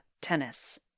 tennis